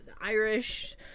Irish